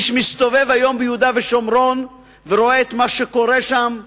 מי שמסתובב היום ביהודה ושומרון ורואה את מה שקורה שם,